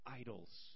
idols